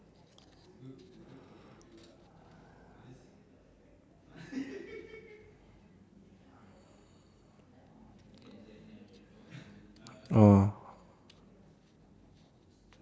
oh